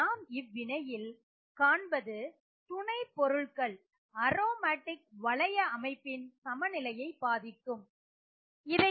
நாம் இவ் வினையில் காண்பது துணைப் பொருள்கள் அரோமேட்டிக் வளையத்தின் மாற்றீடுகள் இந்த சமநிலையை பாதிக்குமா என்பது தான்